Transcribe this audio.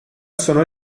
sono